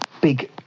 big